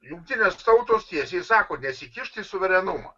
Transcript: jungtinės tautos tiesiai sako nesikišt į suverenumą